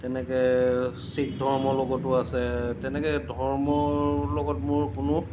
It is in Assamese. তেনেকৈ শিখ ধৰ্মৰ লগতো আছে তেনেকৈ ধৰ্মৰ লগত মোৰ কোনো